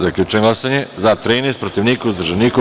Zaključujem glasanje: za – 13, protiv – niko, uzdržanih – nema.